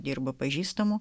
dirba pažįstamų